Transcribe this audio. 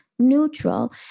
neutral